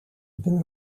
been